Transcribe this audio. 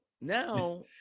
now